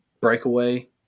breakaway